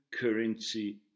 currency